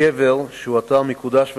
הקבר, שהוא אתר מקודש וחשוב,